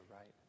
right